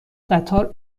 قطار